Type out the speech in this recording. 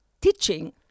teaching